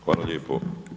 Hvala lijepo.